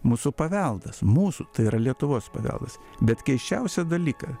mūsų paveldas mūsų tai yra lietuvos paveldas bet keisčiausią dalyką